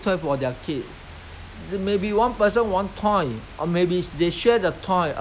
they play this this side already they just anyhow throw play that side already they just anyhow throw